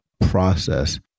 process